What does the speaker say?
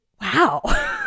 wow